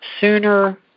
sooner